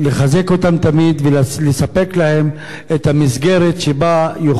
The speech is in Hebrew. לחזק אותם תמיד ולספק להם את המסגרת שבה יוכלו